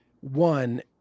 One